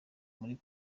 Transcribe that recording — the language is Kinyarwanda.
muri